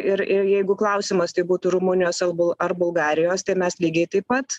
ir ir jeigu klausimas tai būtų rumunijos al bu ar bulgarijos tai mes lygiai taip pat